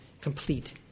complete